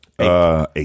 Eight